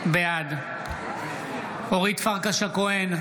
בעד אורית פרקש הכהן,